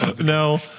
No